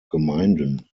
gemeinden